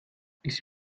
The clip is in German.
ist